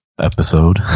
episode